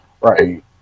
Right